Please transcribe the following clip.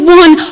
one